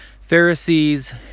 pharisees